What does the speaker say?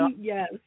yes